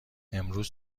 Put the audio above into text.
امروز